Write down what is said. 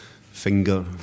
finger